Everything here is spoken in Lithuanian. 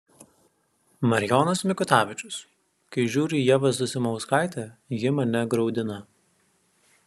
marijonas mikutavičius kai žiūriu į ievą zasimauskaitę ji mane graudina